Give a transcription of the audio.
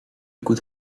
could